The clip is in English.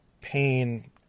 pain